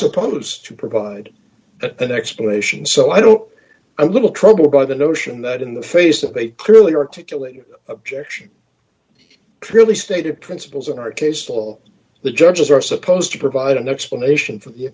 supposed to provide an explanation so i don't i'm a little troubled by the notion that in the face of a clearly articulated objection clearly stated principles in our case all the judges are supposed to provide an explanation for the